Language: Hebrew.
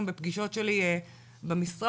גם בפגישות שלי במשרד,